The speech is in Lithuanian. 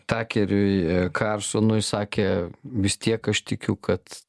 takeriui karlsonui sakė vis tiek aš tikiu kad